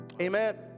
Amen